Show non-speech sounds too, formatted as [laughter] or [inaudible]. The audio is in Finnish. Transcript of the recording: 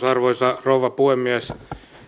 [unintelligible] arvoisa rouva puhemies